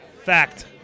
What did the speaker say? Fact